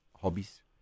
hobbies